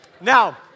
Now